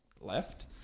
left